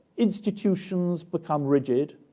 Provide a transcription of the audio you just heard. institutions become rigid,